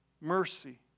Mercy